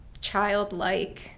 childlike